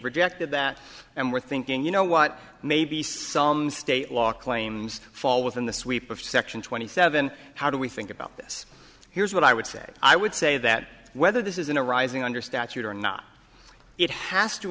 rejected that and we're thinking you know what maybe some state law claims fall within the sweep of section twenty seven how do we think about this here's what i would say i would say that whether this is in a rising under statute or not it has to